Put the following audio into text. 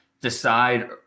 Decide